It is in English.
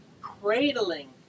cradling